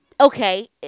Okay